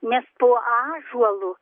nes po ąžuolu